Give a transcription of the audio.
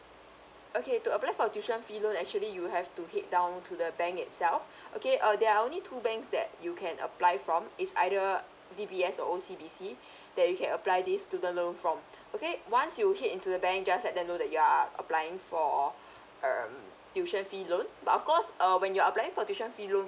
okay to apply for tuition fee loan actually you have to head down to the bank itself okay uh there are only two banks that you can apply from it's either D_B_S or O_C_B_C that you can apply this to the loan from okay once you head into the bank just let them know that you are applying for err mm tuition fee loan but of course uh when you are applying for tuition fee loan